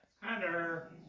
Hunter